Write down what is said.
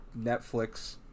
Netflix